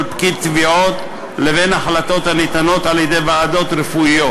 פקיד תביעות לבין החלטות הניתנות על-ידי ועדות רפואיות.